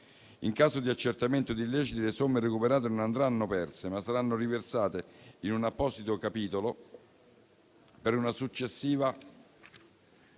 In caso di accertamento di illeciti, le somme recuperate non andranno perse, ma saranno riversate in un apposito capitolo, per una successiva